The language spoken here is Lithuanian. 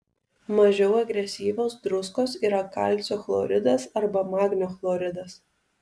mažiau agresyvios druskos yra kalcio chloridas arba magnio chloridas